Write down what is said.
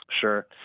Sure